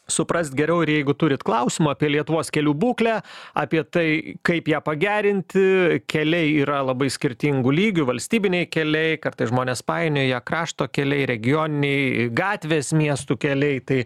supras geriau ir jeigu turit klausimų apie lietuvos kelių būklę apie tai kaip ją pagerinti keliai yra labai skirtingų lygių valstybiniai keliai kartais žmonės painioja krašto keliai regioniniai gatvės miestų keliai tai